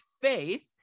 faith